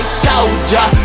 soldier